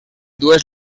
dues